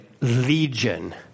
Legion